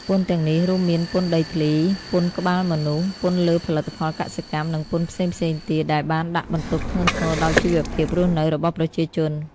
ពន្ធទាំងនេះរួមមានពន្ធដីធ្លី ពន្ធក្បាលមនុស្ស ពន្ធលើផលិតផលកសិកម្ម និងពន្ធផ្សេងៗទៀតដែលបានដាក់បន្ទុកធ្ងន់ធ្ងរដល់ជីវភាពរស់នៅរបស់ប្រជាជន។